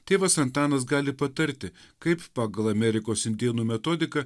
tėvas antanas gali patarti kaip pagal amerikos indėnų metodiką